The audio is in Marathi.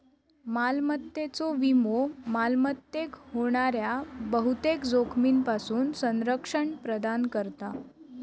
मालमत्तेचो विमो मालमत्तेक होणाऱ्या बहुतेक जोखमींपासून संरक्षण प्रदान करता